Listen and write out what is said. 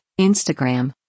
Instagram